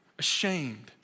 ashamed